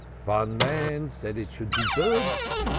one man said it should be burned,